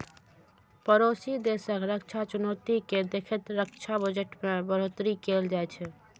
पड़ोसी देशक रक्षा चुनौती कें देखैत रक्षा बजट मे बढ़ोतरी कैल जाइ छै